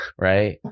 right